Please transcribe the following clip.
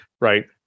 right